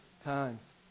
times